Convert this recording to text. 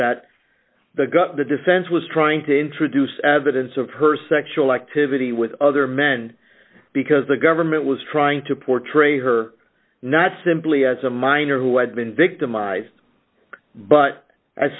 that the the defense was trying to introduce evidence of her sexual activity with other men because the government was trying to portray her not simply as a minor who had been victimized but as